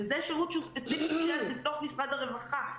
וזה שירות שהוא ספציפית בתוך משרד הרווחה.